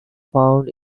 found